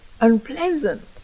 unpleasant